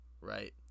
right